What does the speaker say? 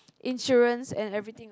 insurance and everything